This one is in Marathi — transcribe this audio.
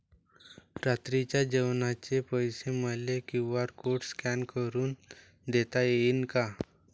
रात्रीच्या जेवणाचे पैसे मले क्यू.आर कोड स्कॅन करून देता येईन का?